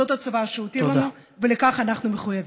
זו הצוואה שהותיר לנו, ולכך אנחנו מחויבים.